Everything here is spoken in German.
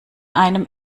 einem